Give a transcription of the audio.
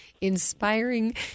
inspiring